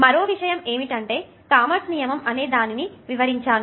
మరో విషయం ఏమిటంటే క్రామర్స్ నియమము అనే దానిని వివరించాను